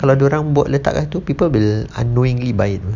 kalau dia orang buat letak kat tu people will unknowingly buy it mah